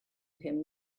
him